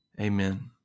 Amen